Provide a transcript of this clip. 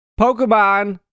Pokemon